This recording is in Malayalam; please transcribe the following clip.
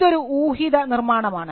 ഇതൊരു ഊഹിത നിർമാണമാണ്